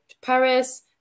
Paris